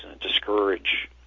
discourage